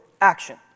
action